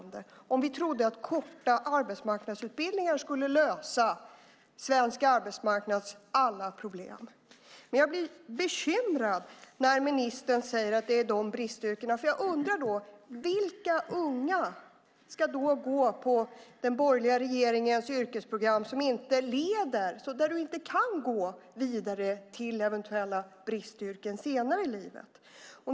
Vi hade inte gjort det om vi hade trott att korta arbetsmarknadsutbildningar skulle lösa svensk arbetsmarknads alla problem. Jag blir bekymrad när ministern talar om dessa bristyrken. Vilka unga ska gå på den borgerliga regeringens yrkesprogram som gör att de inte kan gå vidare till eventuella bristyrken senare i livet?